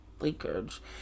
leakage-